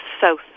south